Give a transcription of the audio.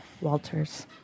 Walters